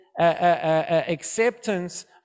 acceptance